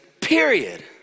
period